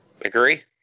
Agree